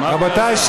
רבותיי,